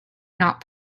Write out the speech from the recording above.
not